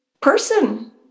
person